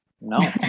No